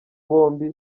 bombi